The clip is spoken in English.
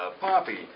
Poppy